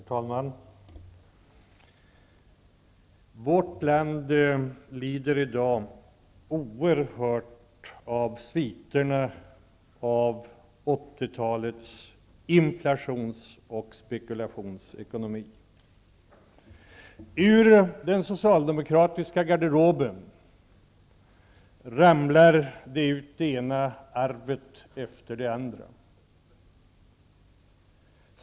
Herr talman! Vårt land lider i dag oerhört av sviterna av 80-talets inflations och spekulationsekonomi. Ur den socialdemokratiska garderoben ramlar det ena ''arvet'' efter det andra ut.